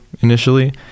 initially